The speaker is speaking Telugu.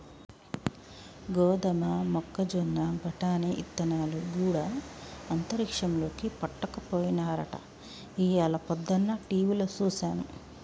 గోదమ మొక్కజొన్న బఠానీ ఇత్తనాలు గూడా అంతరిక్షంలోకి పట్టుకపోయినారట ఇయ్యాల పొద్దన టీవిలో సూసాను